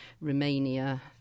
Romania